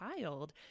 child